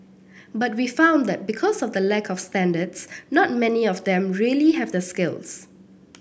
but we have found that because of the lack of standards not many of them really have the skills